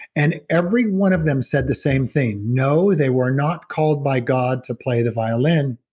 and every one of them said the same thing, no, they were not called by god to play the violin.